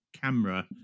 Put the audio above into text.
camera